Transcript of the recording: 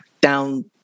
down